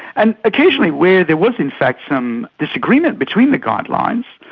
and occasionally where there was in fact some disagreement between the guidelines,